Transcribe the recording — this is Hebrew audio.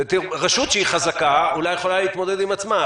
רשות שהיא חזקה אולי יכולה להתמודד בעצמה.